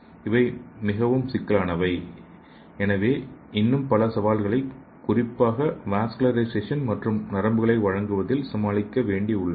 இவை மிகவும் சிக்கலானவை எனவே இன்னும் பல சவால்களை குறிப்பாக வாஸ்குலரைசேஷன் மற்றும் நரம்புகளை வழங்குவதில் சமாளிக்க வேண்டி உள்ளன